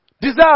Desire